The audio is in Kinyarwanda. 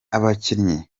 abakinnyi